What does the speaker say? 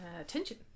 Attention